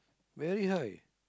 very high